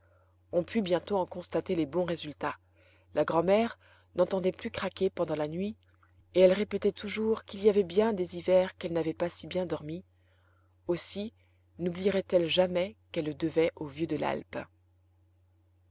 on put bientôt en constater les bons résultats la grand'mère n'entendait plus craquer pendant la nuit et elle répétait toujours qu'il y avait bien des hivers qu'elle n'avait pas si bien dormi aussi noublierait elle jamais qu'elle le devait au vieux de l'alpe